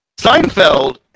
Seinfeld